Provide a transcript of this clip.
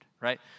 Right